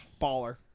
baller